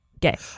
gay